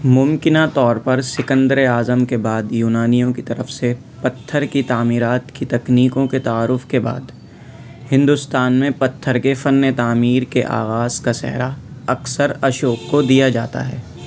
ممکنہ طور پر سکندر اعظم کے بعد یونانیوں کی طرف سے پتھر کی تعمیرات کی تکنیکوں کے تعارف کے بعد ہندوستان میں پتھر کے فن تعمیر کے آغاز کا سہرا اکثر اشوک کو دیا جاتا ہے